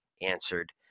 answered